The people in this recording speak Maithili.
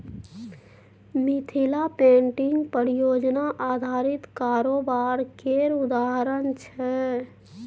मिथिला पेंटिंग परियोजना आधारित कारोबार केर उदाहरण छै